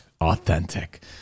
Authentic